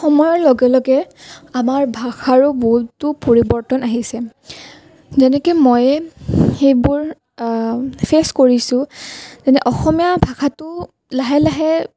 সময়ৰ লগে লগে আমাৰ ভাষাৰো বহুতো পৰিৱৰ্তন আহিছে যেনেকে মইয়ে সেইবোৰ ফেচ কৰিছোঁ এনে অসমীয়া ভাষাটো লাহে লাহে